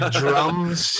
drums